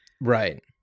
Right